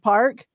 Park